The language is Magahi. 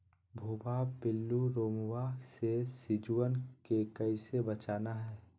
भुवा पिल्लु, रोमहवा से सिजुवन के कैसे बचाना है?